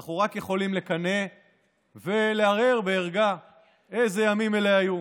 אנחנו רק יכולים לקנא ולהרהר בערגה אילו ימים אלו היו.